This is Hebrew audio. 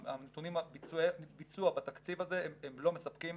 הנתונים על ביצוע בתקציב הזה הם לא מספקים.